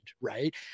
right